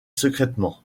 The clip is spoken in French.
secrètement